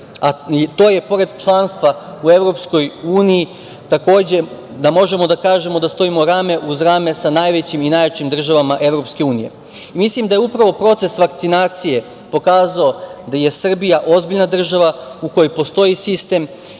to je, pored članstva u EU, da možemo da kažemo da stojimo rame uz rame sa najvećim i najjačim državama EU.Mislim da je upravo proces vakcinacije pokazao da je Srbija ozbiljna država u kojoj postoji sistem